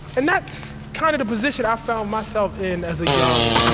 and that's kind of the position i found myself in as a young,